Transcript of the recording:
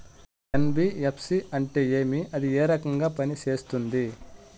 NBFC అంటే ఏమి అది ఏ రకంగా పనిసేస్తుంది